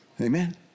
amen